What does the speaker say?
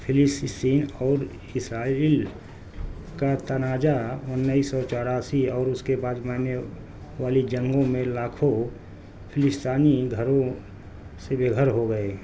فلسطین اور اسرائیل کا تنازعہ انیس سو چوراسی اور اس کے بعد والی جنگوں میں لاکھوں فلسطینی گھروں سے بے گھر ہو گئے